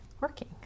working